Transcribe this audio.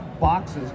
boxes